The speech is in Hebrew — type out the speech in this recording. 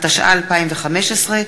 התשע"ה 2015,